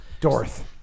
Dorothy